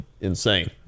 insane